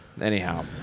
anyhow